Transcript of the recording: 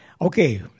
Okay